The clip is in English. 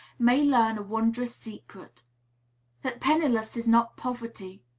may learn a wondrous secret that pennilessness is not poverty,